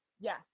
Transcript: Yes